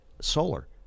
solar